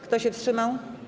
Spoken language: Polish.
Kto się wstrzymał?